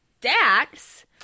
Dax